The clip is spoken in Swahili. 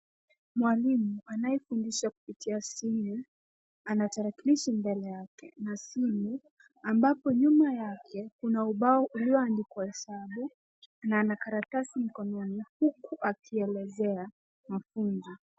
Mwalimu anayefundisha kupitia simu ana tarakilishi mbele yake na simu ambapo nyuma yake kuna ubao ilioandikwa hesabu na ana karatasi mkononi huku akielezea mafunzo.